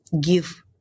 give